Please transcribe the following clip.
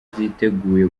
ziteguye